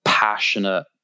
Passionate